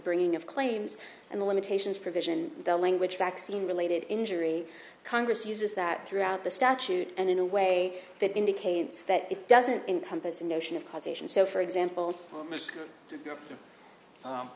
bringing of claims and the limitations provision the language vaccine related injury congress uses that throughout the statute and in a way that indicates that it doesn't encompass a notion of causation so for example